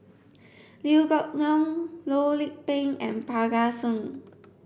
Liew Geok Leong Loh Lik Peng and Parga Singh